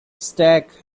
stack